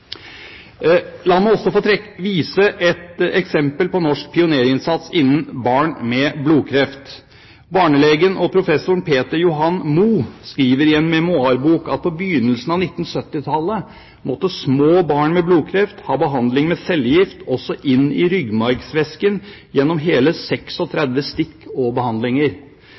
La meg også få vise et eksempel på norsk pionérinnsats for barn med blodkreft. Barnelegen og professoren Peter Johan Moe skriver i en memoarbok at på begynnelsen av 1970-tallet måtte små barn med blodkreft ha behandling med cellegift inn i ryggmargsvæsken gjennom hele 36 stikk og behandlinger.